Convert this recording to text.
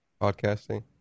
podcasting